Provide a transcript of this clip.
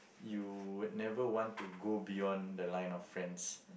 you would never want to go beyond the line of offence